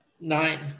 Nine